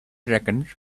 seconds